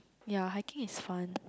ya hiking is fun